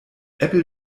apple